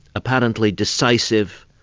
apparently decisive,